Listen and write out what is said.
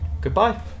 Goodbye